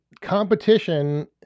competition